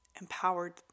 empowered